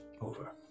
Over